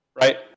right